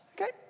Okay